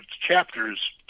chapters